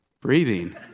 breathing